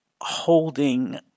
holding